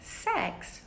sex